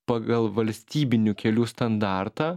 pagal valstybinių kelių standartą